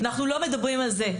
אנחנו לא מדברים על זה,